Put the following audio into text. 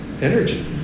energy